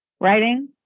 Writing